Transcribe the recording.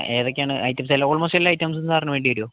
ഏതൊക്കെയാണ് ഐറ്റംസ് എല്ലാ ഓള്മോസ്റ്റ് എല്ലാ ഐറ്റംസും സാറിനു വേണ്ടിവരുമോ